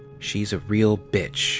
she's a real bitch